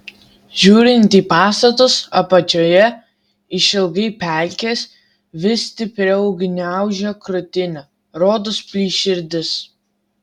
žiūrint į pastatus apačioje išilgai pelkės vis stipriau gniaužia krūtinę rodos plyš širdis